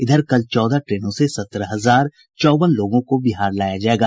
इधर कल चौदह ट्रेनों से सत्रह हजार चौवन लोगों को बिहार लाया जायेगा